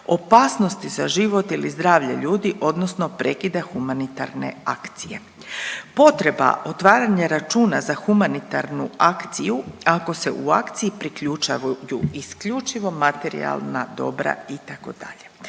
opasnosti za život ili zdravlje ljudi odnosno prekida humanitarne akcije. Potreba otvaranja računa za humanitarnu akciju ako se u akciji priključuju isključivo materijalna dobra itd.